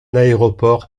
aéroport